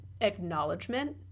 acknowledgement